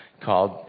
called